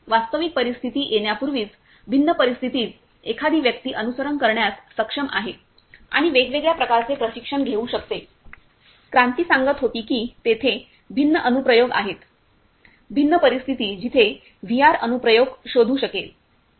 वास्तविक परिस्थिती येण्यापूर्वीच भिन्न परिस्थितीत एखादी व्यक्ती अनुकरण करण्यास सक्षम आहे आणि वेगवेगळ्या प्रकारचे प्रशिक्षण घेऊ शकते क्रांती सांगत होती की तेथे भिन्न अनुप्रयोग आहेत भिन्न परिस्थिती जिथे व्हीआर अनुप्रयोग शोधू शकेल